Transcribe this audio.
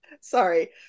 Sorry